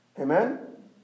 Amen